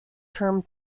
term